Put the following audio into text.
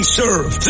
serve